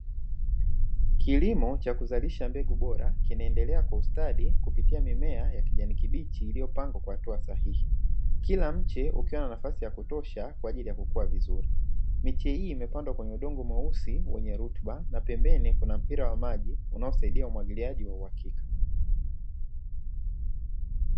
Kilimo cha kuzalisha mbegu bora kinaendelea kwa ustadi kupitia mimea ya kijani kibichi iliyopangwa kwa hatua sahihi. Kila mche ukiwa na nafasi ya kutosha kwa ajili ya kukua vizuri. Miche hii imepandwa kwenye udongo mweusi wenye rutuba na pembeni kuna mpira wa maji unaosaidia umwagiliaji wa uhakika.